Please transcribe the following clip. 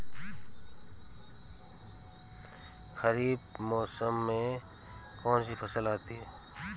खरीफ मौसम में कौनसी फसल आती हैं?